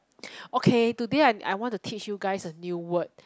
okay today I I want to teach you guys a new word